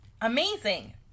amazing